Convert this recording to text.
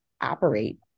operate